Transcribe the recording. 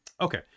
okay